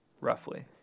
roughly